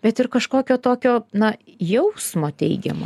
bet ir kažkokio tokio na jausmo teigiamo